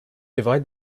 divide